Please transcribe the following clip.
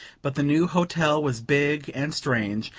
but the new hotel was big and strange,